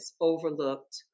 overlooked